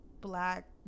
black